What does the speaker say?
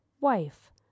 wife